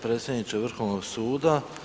Predsjedniče Vrhovnog suda.